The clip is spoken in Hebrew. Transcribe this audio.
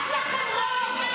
יש לכם רוב.